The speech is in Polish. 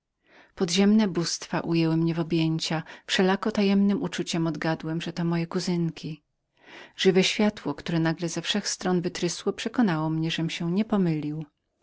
podziemne bóstwa ujęły mnie w objęcia wszelako tajemnem uczuciem odgadłem że to były moje kuzynki żywe światło które nagle ze wszech stron wytrysło przekonało mnie żem się nie pomylił